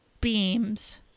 beams